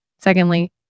Secondly